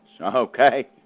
Okay